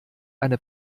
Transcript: eine